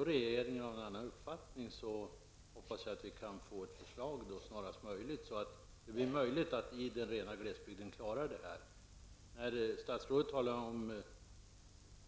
Är regeringen av en annan uppfattning, hoppas jag att vi snarast möjligt får ett förslag om hur man skall kunna klara denna service även i den rena glesbygden. Statsrådet talar om